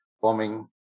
bombing